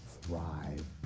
thrive